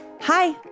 Hi